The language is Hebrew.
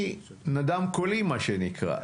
אני נדם קולי מה שנקרא,